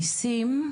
למיסים.